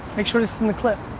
make sure this is in the clip.